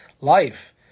life